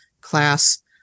class